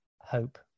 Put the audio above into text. hope